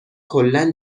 کلا